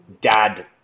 dad